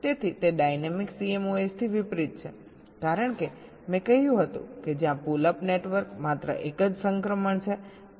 તેથી તે ડાયનેમિક CMOSથી વિપરીત છે કારણ કે મેં કહ્યું હતું કે જ્યાં પુલ અપ નેટવર્ક માત્ર એક જ સંક્રમણ છે તેવું નથી